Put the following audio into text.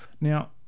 Now